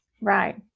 Right